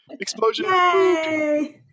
Explosion